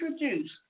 introduce